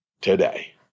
today